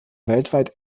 weltweit